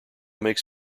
makes